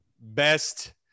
Best